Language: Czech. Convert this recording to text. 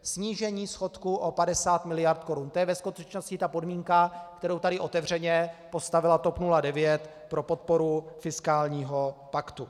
Snížení schodku o 50 mld. korun, to je ve skutečnosti ta podmínka, kterou tady otevřeně postavila TOP 09 pro podporu fiskálního paktu.